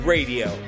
Radio